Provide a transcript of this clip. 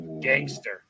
gangster